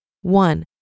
One